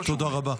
תודה רבה.